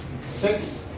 Six